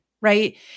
right